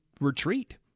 retreat